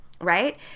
right